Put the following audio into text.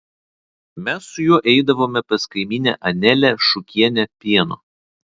mes su juo eidavome pas kaimynę anelę šukienę pieno